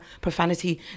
profanity